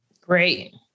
Great